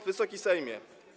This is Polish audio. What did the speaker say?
Wysoki Sejmie!